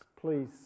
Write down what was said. please